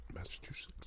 Massachusetts